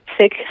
sick